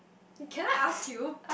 can I ask you